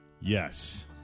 Yes